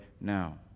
now